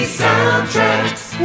soundtracks